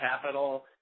Capital